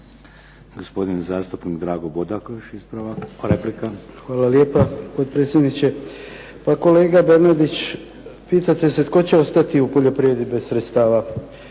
Hvala lijepa potpredsjedniče. Kolega Bernardić, pitate se tko će ostati u poljoprivredi bez sredstava.